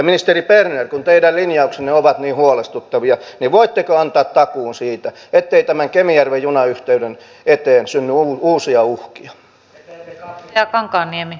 ministeri berner kun teidän linjauksenne ovat niin huolestuttavia niin voitteko antaa takuun siitä ettei tämän kemijärven junayhteyden eteen synny uusia uhkia